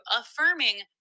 affirming